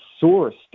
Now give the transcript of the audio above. sourced